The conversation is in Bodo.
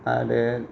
आरो